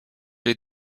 les